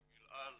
לגיל על ולמבוגרים,